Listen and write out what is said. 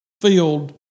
field